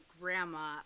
grandma